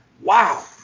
wow